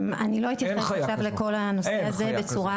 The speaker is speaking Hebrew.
אין חיה כזאת.